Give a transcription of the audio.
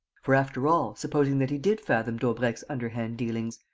for, after all, supposing that he did fathom daubrecq's underhand dealings,